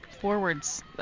forwards